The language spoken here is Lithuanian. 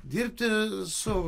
dirbti su